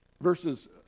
verses